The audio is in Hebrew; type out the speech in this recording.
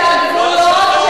לא שכחנו את כל שהבאתם עלינו.